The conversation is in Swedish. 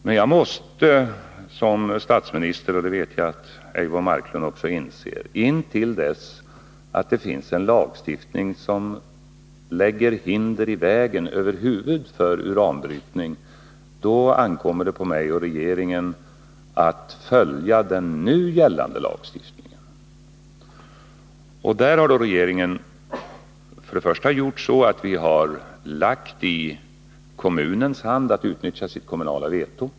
Men jag måste som statsminister — och det vet jag att Eivor Marklund också inser — intill dess att det finns en lagstiftning som lägger hinder i vägen över huvud taget för uranbrytning följa den nu gällande lagen. Regeringen har då givit kommunen möjlighet att utnyttja sitt kommunala veto.